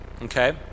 Okay